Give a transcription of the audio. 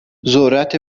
ذرت